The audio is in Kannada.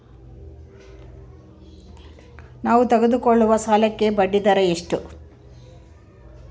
ನಾವು ತೆಗೆದುಕೊಳ್ಳುವ ಸಾಲಕ್ಕೆ ಬಡ್ಡಿದರ ಎಷ್ಟು?